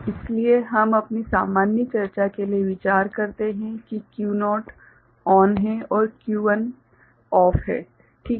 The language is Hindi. इसलिए हम अपनी सामान्य चर्चा के लिए विचार करते हैं कि Q0 चालू है और Q1 बंद है ठीक है